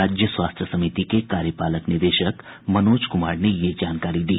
राज्य स्वास्थ्य समिति के कार्यपालक निदेशक मनोज कुमार ने ये जानकारी दी